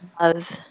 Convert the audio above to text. love